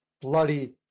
bloody